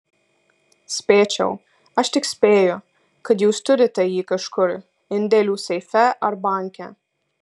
spėčiau aš tik spėju kad jūs turite jį kažkur indėlių seife ar banke